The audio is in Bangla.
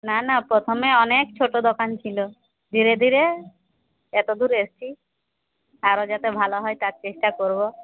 না না প্রথমে অনেক ছোট দোকান ছিল ধীরে ধীরে এত দূর এসছি আরও যাতে ভালো হয় তার চেষ্টা করব